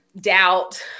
doubt